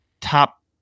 top